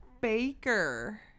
baker